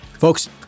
Folks